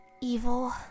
evil